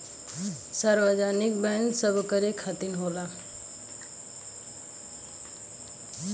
सार्वजनिक बैंक सबकरे खातिर होला